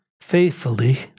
faithfully